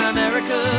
America